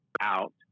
out